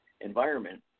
environment